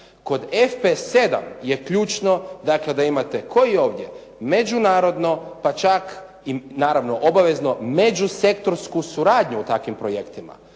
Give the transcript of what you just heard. Kod FP7 je ključno, dakle da imate ko i ovdje međunarodno, pa čak i naravno obavezno međusektorsku suradnju u takvim projektima.